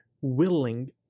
willing